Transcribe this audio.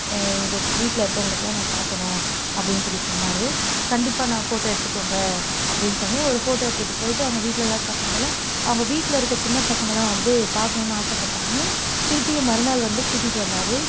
எங்கள் வீட்டில் இருக்கவங்களுக்கெலாம் நான் காட்டணும் அப்படின்னு சொல்லி சொன்னார் கண்டிப்பாகண்ணா ஃபோட்டோ எடுத்துக்கோங்க அப்படின்னு சொல்லி ஒரு ஃபோட்டோ எடுத்துவிட்டு போய்ட்டு அவங்கள் வீட்டுலெலாம் காட்டுனதுனால் அவங்க வீட்டில் இருக்கற சின்ன பசங்கலெலாம் வந்து பார்க்கணும்னு ஆசைப்பட்டாங்கன்னு திருப்பியும் மறுநாள் வந்து கூட்டிகிட்டு வந்தார்